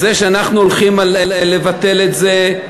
וזה שאנחנו הולכים לבטל את זה,